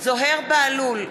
זוהיר בהלול,